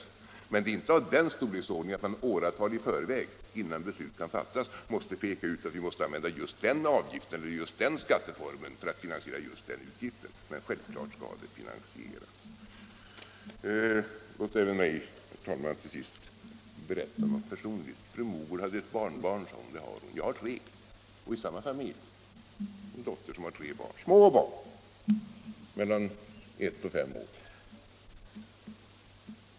Kostnaderna är dock inte av den storleksordningen att man åratal i förväg, innan beslut har fattats, måste peka ut vilka avgifter eller skatteformer som skall finansiera just den kostnaden, men självklart skall detta finansieras. Låt också mig, herr talman, till sist vara något personlig. Fru Mogård hade ett barnbarn. Jag har tre. Det är en dotter som har tre små barn, mellan ett och fem år.